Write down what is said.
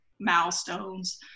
milestones